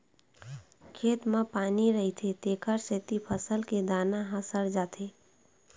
खेत म पानी रहिथे तेखर सेती फसल के दाना ह सर जाथे